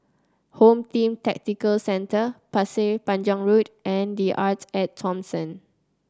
Home Team Tactical Center Pasir Panjang Road and The Arte At Thomson